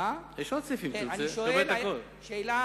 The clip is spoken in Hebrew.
שאלה